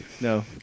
No